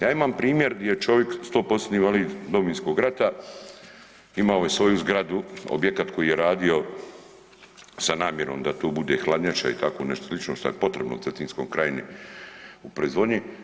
Ja imam primjer gdje je čovik stopostotni invalid Domovinskog rata, imao je svoju zgradu, objekt koji je radio sa namjerom da tu bude hladnjača i tako nešto slično šta je potrebno Cetinskoj krajini u proizvodnji.